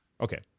Okay